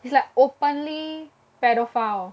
he's like openly pedophile